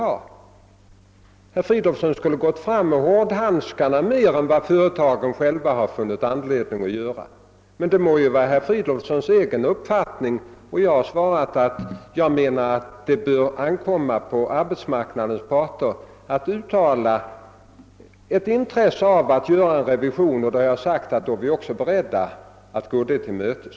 Herr Fridolfsson skulle ha gått fram mera med hårdhandskarna än vad företagen har funnit anledning att göra, men det må ju vara herr Fridolfssons egen uppfattning. Jag har svarat att jag anser att det bör ankomma på arbetsmarknadens parter att uttala ett intresse av att det görs en revision, och jag har sagt att vi då också är beredda att gå dem till mötes.